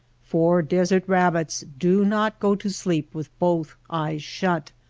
for desert rabbits do not go to sleep with both eyes shut.